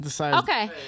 okay